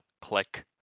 Click